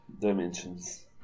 dimensions